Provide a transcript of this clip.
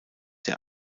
der